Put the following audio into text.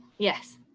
yes,